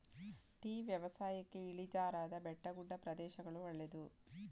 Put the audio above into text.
tea ವ್ಯವಸಾಯಕ್ಕೆ ಇಳಿಜಾರಾದ ಬೆಟ್ಟಗುಡ್ಡ ಪ್ರದೇಶಗಳು ಒಳ್ಳೆದು